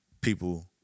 people